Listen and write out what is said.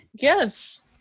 Yes